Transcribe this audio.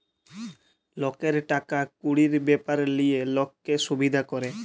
লকের টাকা কুড়ির ব্যাপার লিয়ে লক্কে সুবিধা ক্যরে